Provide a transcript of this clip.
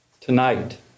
tonight